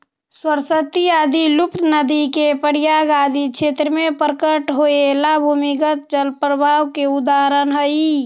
सरस्वती आदि लुप्त नदि के प्रयाग आदि क्षेत्र में प्रकट होएला भूमिगत जल प्रवाह के उदाहरण हई